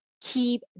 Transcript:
keep